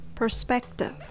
Perspective